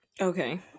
Okay